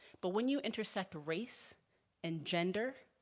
but when you intersect race and gender,